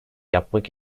yapmak